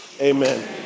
Amen